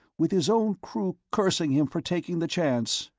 with his own crew cursing him for taking the chance!